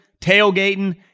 tailgating